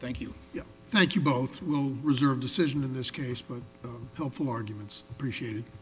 thank you thank you both will reserve decision in this case but i'm hopeful arguments appreciated